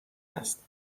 است